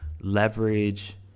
Leverage